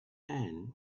and